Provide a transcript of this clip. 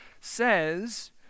says